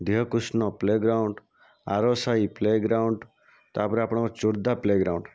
ଢିଅକୃଷ୍ଣ playground ଆରସାହି playground ତା ପରେ ଆପଣଙ୍କର ଚୋର୍ଦ୍ଦା ପ୍ଲେଗ୍ରାଉଣ୍ଡ